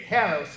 Hello